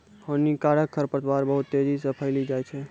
हानिकारक खरपतवार बहुत तेजी से फैली जाय छै